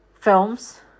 films